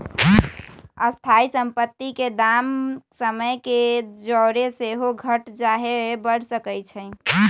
स्थाइ सम्पति के दाम समय के जौरे सेहो घट चाहे बढ़ सकइ छइ